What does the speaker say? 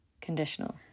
conditional